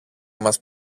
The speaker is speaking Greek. μας